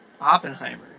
Oppenheimer